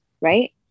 right